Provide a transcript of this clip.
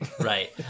Right